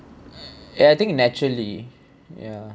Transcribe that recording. ya I think naturally yeah